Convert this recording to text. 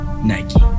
nike